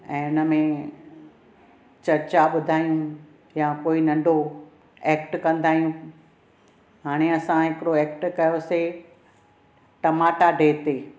ऐं हुन में चर्चा ॿुधायूं या को नंढो ऐक्ट कंदा आहियूं हाणे असां हिकड़ो ऐक्ट कयोसीं टमाटा डे ते